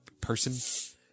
person